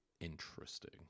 interesting